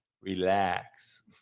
Relax